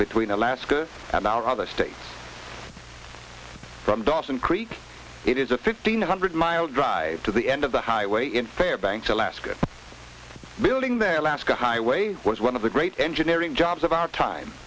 between alaska and our other states from dawson creek it is a fifteen hundred mile drive to the end of the highway in fairbanks alaska building there alaska highway was one of the great engineering jobs of our time